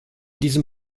diesem